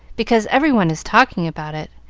because every one is talking about it,